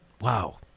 wow